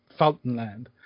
Fultonland